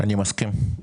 אני מסכים.